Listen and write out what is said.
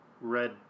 red